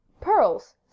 Pearls